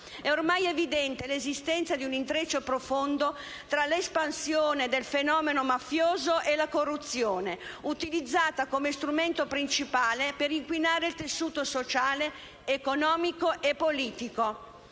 È ormai evidente l'esistenza di un intreccio profondo tra l'espansione del fenomeno mafioso e la corruzione, utilizzata come strumento principale per inquinare il tessuto sociale, economico e politico.